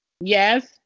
Yes